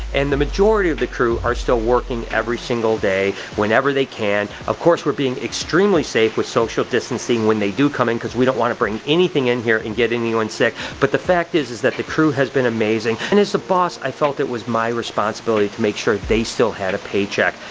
and the majority of the crew are still working every single day, whenever they can. of course we're being extremely safe with social distancing when they do come in cause we don't wanna bring anything in here and get anyone sick, but the fact is, is that the crew has been amazing. and as the boss, i felt it was my responsibility to make sure they still had a paycheck.